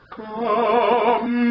come